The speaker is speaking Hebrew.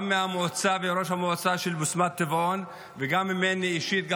גם מהמועצה ומראש המועצה של בסמת טבעון וגם ממני אישית.